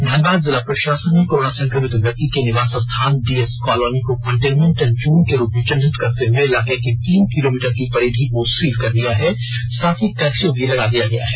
धनबाद जिला प्रषासन ने कोरोना संक्रमित व्यक्ति के निवास स्थान डीएस कॉलोनी को कंटेनमेंट जोन के रूप में चिहिन्त करते हुए इलाके के तीन किलोमीटर की परिधि को सील कर दिया गया है साथ ही कर्फ्य भी लगा दिया है